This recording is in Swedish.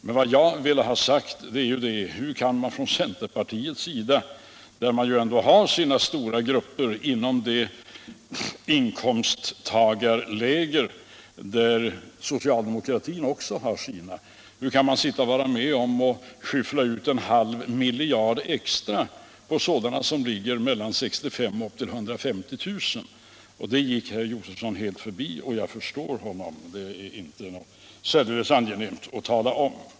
Men vad jag ville ha sagt var: Hur kan man från centerpartiets sida, där man ändå har sina stora väljargrupper inom samma inkomsttagarläger som socialdemokratin, vara med om att skyffla ut en halv miljard extra till sådana inkomsttagare som ligger mellan 65 000 och 150 000 kr.? Det gick herr Josefson helt förbi, och jag förstår honom. Det är inte särdeles angenämt att tala om.